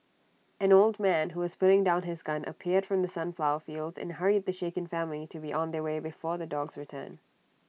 an old man who was putting down his gun appeared from the sunflower fields and hurried the shaken family to be on their way before the dogs return